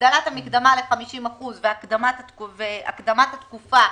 הגדלת המקדמה ל-50% והקדמת התקופה